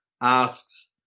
asks